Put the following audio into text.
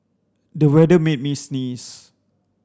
the weather made me sneeze